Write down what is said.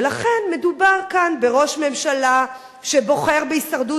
ולכן מדובר כאן בראש ממשלה שבוחר בהישרדות